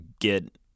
get